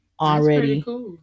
already